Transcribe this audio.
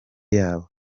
yabo